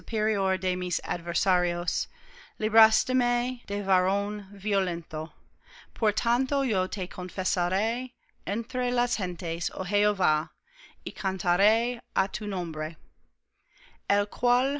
adversarios librásteme de varón violento por tanto yo te confesaré entre las gentes oh jehová y cantaré á tu nombre